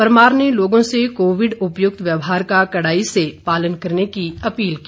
परमार ने लोगों से कोविड उपयुक्त व्यवहार का कड़ाई से पालन करने की अपील की